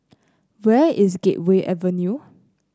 where is Gateway Avenue